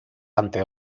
ante